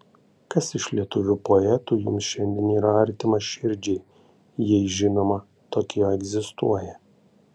kas iš lietuvių poetų jums šiandien yra artimas širdžiai jei žinoma tokie egzistuoja